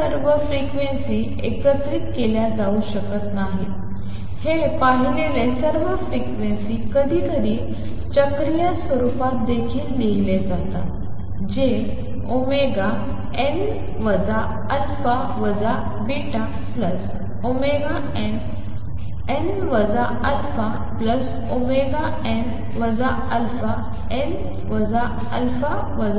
या सर्व फ्रिक्वेन्सी एकत्र केल्या जाऊ शकत नाहीत हे पाहिलेले सर्व फ्रिक्वेन्सी कधीकधी चक्रीय स्वरूपात देखील लिहिले जातात जे n α βnn αn αn